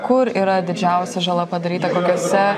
kur yra didžiausia žala padaryta kokiuose